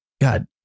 God